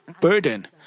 burden